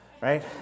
right